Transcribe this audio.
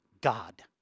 God